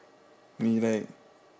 me right